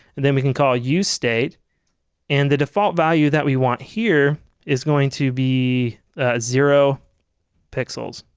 and then we can call usestate and the default value that we want here is going to be zero pixels.